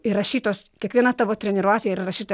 įrašytos kiekviena tavo treniruotė yra įrašyta